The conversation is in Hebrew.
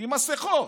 עם מסכות,